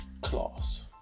class